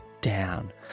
Down